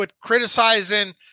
criticizing